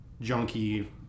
junkie